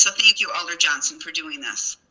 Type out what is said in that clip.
so thank you, alder johnson, for doing this.